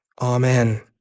Amen